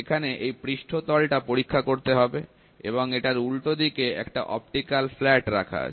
এখানে এই পৃষ্ঠতল টা পরীক্ষা করতে হবে এবং এটার উল্টোদিকে একটা অপটিকাল ফ্ল্যাট রাখা আছে